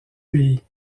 pays